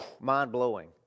mind-blowing